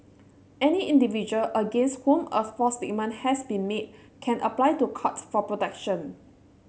any individual against whom a false statement has been made can apply to Court for protection